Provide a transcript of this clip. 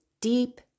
deep